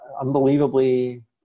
unbelievably